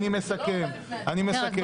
אני מסכם.